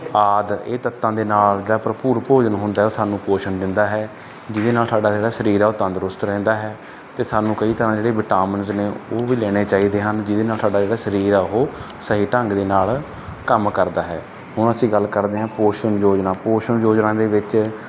ਆਦਿ ਇਹ ਤੱਤਾਂ ਦੇ ਨਾਲ ਜਿਹੜਾ ਭਰਪੂਰ ਭੋਜਨ ਹੁੰਦਾ ਉਹ ਸਾਨੂੰ ਪੋਸ਼ਣ ਦਿੰਦਾ ਹੈ ਜਿਹਦੇ ਨਾਲ ਸਾਡਾ ਜਿਹੜਾ ਸਰੀਰ ਹੈ ਉਹ ਤੰਦਰੁਸਤ ਰਹਿੰਦਾ ਹੈ ਅਤੇ ਸਾਨੂੰ ਕਈ ਤਰ੍ਹਾਂ ਦੇ ਜਿਹੜੇ ਵਿਟਾਮਿਨਸ ਨੇ ਉਹ ਵੀ ਲੈਣੇ ਚਾਹੀਦੇ ਹਨ ਜਿਹਦੇ ਨਾਲ ਸਾਡਾ ਜਿਹੜਾ ਸਰੀਰ ਆ ਉਹ ਸਹੀ ਢੰਗ ਦੇ ਨਾਲ ਕੰਮ ਕਰਦਾ ਹੈ ਹੁਣ ਅਸੀਂ ਗੱਲ ਕਰਦੇ ਹਾਂ ਪੋਸ਼ਣ ਯੋਜਨਾ ਪੋਸ਼ਣ ਯੋਜਨਾ ਦੇ ਵਿੱਚ